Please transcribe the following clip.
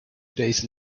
days